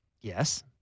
Yes